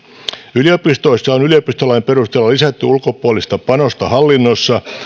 yliopistoissa on yliopistolain perusteella lisätty ulkopuolista panosta hallinnossa